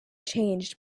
changed